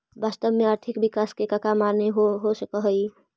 वास्तव में आर्थिक विकास के कका माने हो सकऽ हइ?